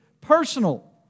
personal